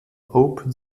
open